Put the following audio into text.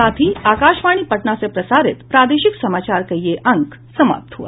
इसके साथ ही आकाशवाणी पटना से प्रसारित प्रादेशिक समाचार का ये अंक समाप्त हुआ